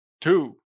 two